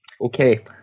Okay